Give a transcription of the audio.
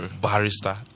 Barrister